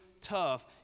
tough